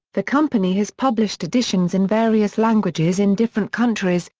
the company has published editions in various languages in different countries,